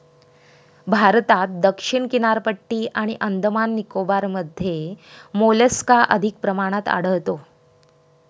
भारतात दक्षिण किनारपट्टी आणि अंदमान निकोबारमध्ये मोलस्का अधिक प्रमाणात आढळतो